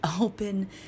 open